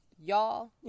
Y'all